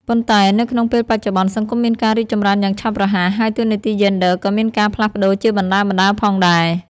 ប៉ុន្តែនៅក្នុងពេលបច្ចុប្បន្នសង្គមមានការរីកចម្រើនយ៉ាងឆាប់រហ័ស ហើយតួនាទីយេនឌ័រ ក៏មានការ ផ្លាស់ប្តូរ ជាបណ្តើរៗផងដែរ។